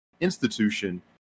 institution